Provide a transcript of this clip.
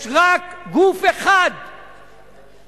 יש רק גוף אחד שהמדינה,